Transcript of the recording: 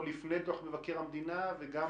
לא לפני דוח מבקר המדינה וגם,